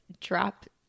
drop